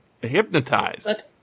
hypnotized